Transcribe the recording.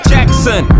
Jackson